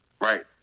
Right